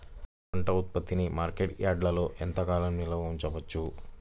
పంట ఉత్పత్తిని మార్కెట్ యార్డ్లలో ఎంతకాలం నిల్వ ఉంచవచ్చు?